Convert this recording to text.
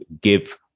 give